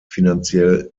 finanziell